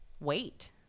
wait